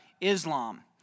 Islam